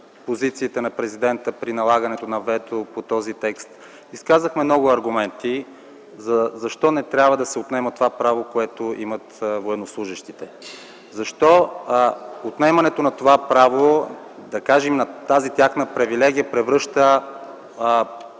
позициите на президента при налагането на вето по този текст, изказахме много аргументи защо не трябва да се отнема това право, което имат военнослужещите; защо отнемането на това право, да кажем – на тази тяхна привилегия, превръща